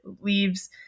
leaves